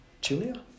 Julia